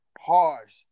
harsh